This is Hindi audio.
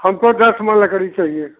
हमको दस में लकड़ी चाहिए